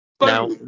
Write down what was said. Now